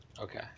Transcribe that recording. Okay